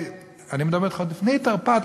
אני מדבר אתך עוד לפני תרפ"ט,